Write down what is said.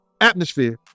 atmosphere